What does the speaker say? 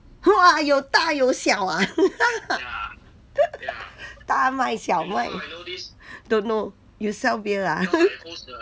!whoa! 有大有小啊 大麦小麦 don't know you sell beer ah